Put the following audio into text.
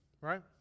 Right